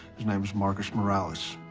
his name was marcus muralles.